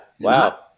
Wow